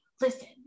listen